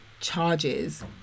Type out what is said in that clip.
charges